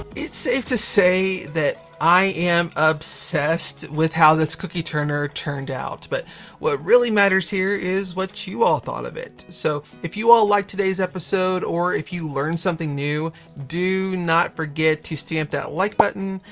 safe to say that i am obsessed with how this cookie turner turned out, but what really matters here is what you all thought of it. so if you all liked today's episode or if you learned something new, do not forget to stamp that like button.